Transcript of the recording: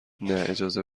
نه، اجازه